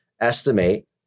estimate